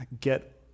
get